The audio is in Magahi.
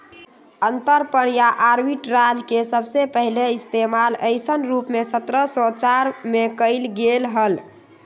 अंतरपणन या आर्बिट्राज के सबसे पहले इश्तेमाल ऐसन रूप में सत्रह सौ चार में कइल गैले हल